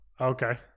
okay